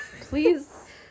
please